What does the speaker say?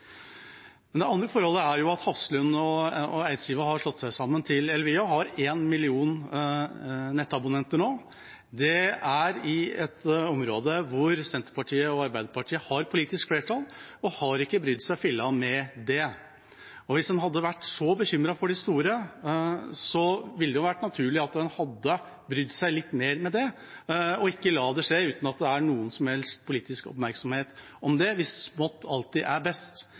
Det andre forholdet er at Hafslund og Eidsiva har slått seg sammen til Elvia og nå har én million nettabonnenter. Det er i et område hvor Senterpartiet og Arbeiderpartiet har politisk flertall og ikke har brydd seg filla med det. Hvis en hadde vært så bekymret for de store, ville det vært naturlig at en hadde brydd seg litt mer med det og ikke latt det skje uten noen som helst politisk oppmerksomhet om det – hvis smått alltid er best.